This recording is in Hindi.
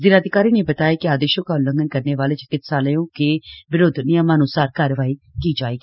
जिलाधिकारी ने बताया कि आदेशों का उल्लंघन करने वाले चिकित्सालयों के विरूद्व नियमान्सार कार्रवाई की जायेगी